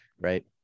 right